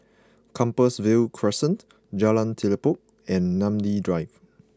Compassvale Crescent Jalan Telipok and Namly Drive